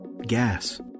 gas